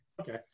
Okay